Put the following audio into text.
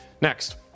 next